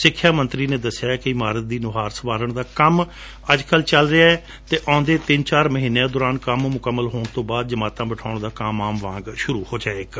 ਸਿੱਖਿਆ ਮੰਤਰੀ ਨੇ ਦੱਸਿਆ ਕਿ ਇਮਾਰਤ ਦੀ ਨੁਹਾਰ ਸੰਵਾਰਣ ਦਾ ਕੰਮ ਅੱਜ ਕੱਲੁ ਚਲ ਰਿਹੈ ਤੇ ਆਉਦੇ ਤਿੰਨ ਚਾਰ ਮਹੀਨਿਆਂ ਦੌਰਾਨ ਕੰਮ ਮੁਕੰਮਲ ਹੋਣ ਤੋਂ ਬਾਅਦ ਜਮਾਤਾਂ ਬਿਠਾਉਣ ਦਾ ਕੰਮ ਆਮ ਵਾਂਗ ਸ਼ੁਰੂ ਹੋ ਜਾਵੇਗਾ